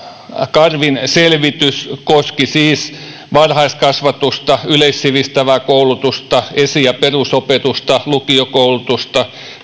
karvin selvitys koski siis varhaiskasvatusta yleissivistävää koulutusta esi ja perusopetusta lukiokoulutusta